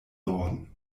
norden